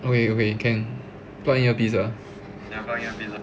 okay okay can plug in earpiece ah